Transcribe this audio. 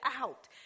out